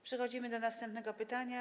Przechodzimy do następnego pytania.